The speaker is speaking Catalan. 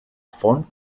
font